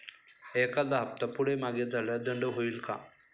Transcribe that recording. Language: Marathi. एखादा हफ्ता पुढे मागे झाल्यास दंड होईल काय?